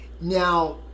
Now